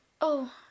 Oh